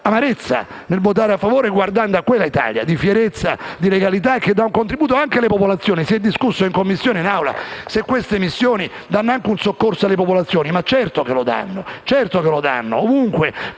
amarezza nel votare a favore, guardando a quell'Italia di fierezza e di legalità, che dà un contributo anche alle popolazioni. Si è discusso, in Commissione e in Aula, se queste missioni diano anche un soccorso alle popolazioni. Ma certo che lo danno; ovunque